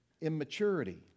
immaturity